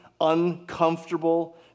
uncomfortable